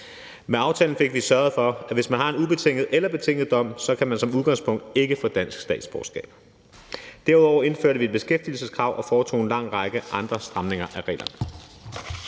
Med aftalen fik vi sørget for, at man, hvis man har en ubetinget eller betinget dom, som udgangspunkt ikke kan få dansk statsborgerskab. Derudover indførte vi et beskæftigelseskrav og foretog en lang række andre stramninger af reglerne.